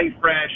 fresh